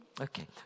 Okay